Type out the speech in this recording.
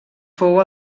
fou